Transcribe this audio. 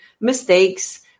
mistakes